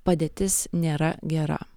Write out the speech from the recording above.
padėtis nėra gera